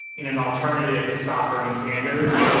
in an alternative to stop bernie sanders.